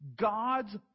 God's